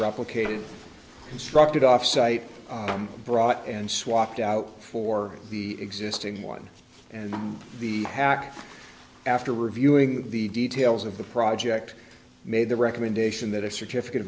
replicated constructed off site brought and swapped out for the existing one and the after reviewing the details of the project made the recommendation that a certificate